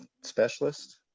specialist